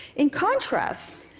in contrast,